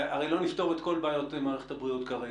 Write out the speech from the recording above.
הרי לא נפתור את כל בעיות מערכת הבריאות כרגע.